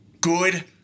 good